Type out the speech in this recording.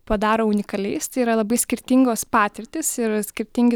padaro unikaliais tai yra labai skirtingos patirtys ir skirtingi